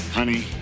Honey